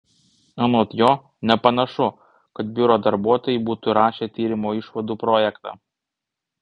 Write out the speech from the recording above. anot jo nepanašu kad biuro darbuotojai būtų rašę tyrimo išvadų projektą